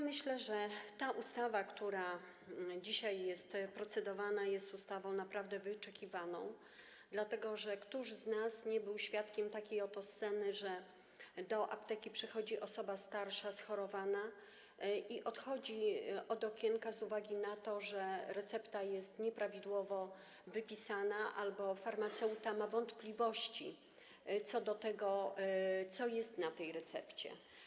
Myślę, że ustawa, która dzisiaj jest procedowana, jest naprawdę wyczekiwana, dlatego że któż z nas nie był świadkiem takiej oto sceny, że do apteki przychodzi osoba starsza, schorowana i odchodzi od okienka z uwagi na to, że recepta jest nieprawidłowo wypisana albo farmaceuta ma wątpliwości co do tego, co jest na tej recepcie.